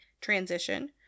transition